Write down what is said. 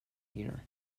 year